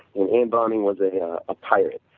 and anne bonny was a yeah ah pirate.